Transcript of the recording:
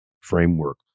framework